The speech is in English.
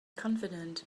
confident